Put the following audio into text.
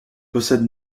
possède